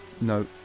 no